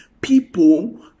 people